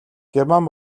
герман